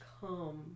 come